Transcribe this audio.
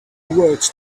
words